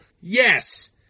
Yes